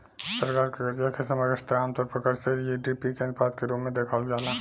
सरकार से कर्जा के समग्र स्तर आमतौर पर कर्ज से जी.डी.पी के अनुपात के रूप में देखावल जाला